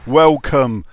welcome